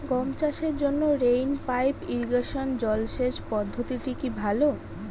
গম চাষের জন্য রেইন পাইপ ইরিগেশন জলসেচ পদ্ধতিটি কি ভালো?